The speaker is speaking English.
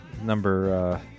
number